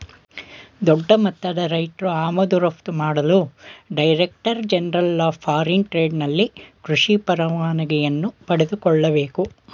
ದೊಡ್ಡಮಟ್ಟದ ರೈತ್ರು ಆಮದು ರಫ್ತು ಮಾಡಲು director general of foreign trade ನಲ್ಲಿ ಕೃಷಿ ಪರವಾನಿಗೆಯನ್ನು ಪಡೆದುಕೊಳ್ಳಬೇಕು